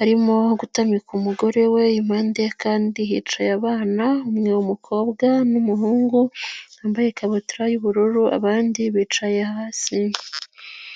arimo gutamika umugore we, impande ye kandi hicaye abana, umwe w'umukobwa n'umuhungu wambaye ikabutura y'ubururu abandi bicaye hasi.